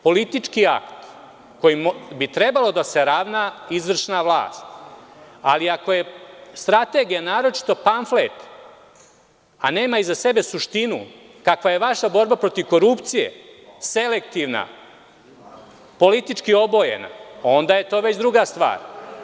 Politički akt kojim bi trebalo da se ravna izvršna vlast, ali ako je strategija naročito pamflet, a nema iza sebe suštinu kakva je vaša borba protiv korupcije, selektivna, politički obojena, onda je to već druga stvar.